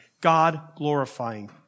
God-glorifying